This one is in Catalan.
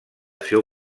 seu